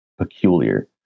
peculiar